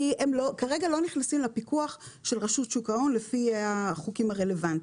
כי הם כרגע לא נכנסים לפיקוח של רשות שוק ההון לפי החוקים הרלוונטיים.